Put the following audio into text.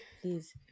please